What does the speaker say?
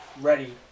ready